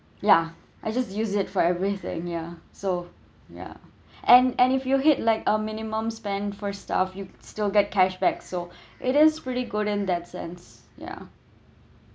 ya I just use it for everything ya so ya and and if you hit like a minimum spend first of you still get cash back so it is pretty good in that sense ya